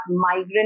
migrant